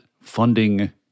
funding